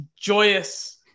joyous